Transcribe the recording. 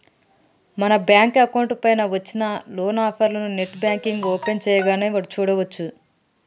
మన bank account పైన వచ్చిన లోన్ ఆఫర్లను నెట్ బ్యాంకింగ్ ఓపెన్ చేయగానే చూడచ్చు